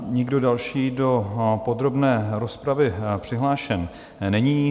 Nikdo další do podrobné rozpravy přihlášen není.